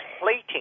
plating